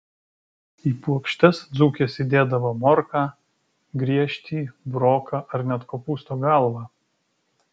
į puokštes dzūkės įdėdavo morką griežtį buroką ar net kopūsto galvą